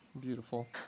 Beautiful